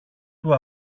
του